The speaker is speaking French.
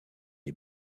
les